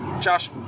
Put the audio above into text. Josh